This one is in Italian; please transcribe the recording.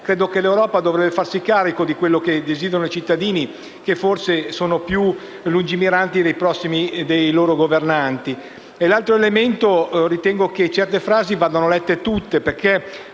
Credo che l'Europa dovrebbe farsi carico di quello che desiderano i cittadini, che forse sono più lungimiranti dei loro governanti.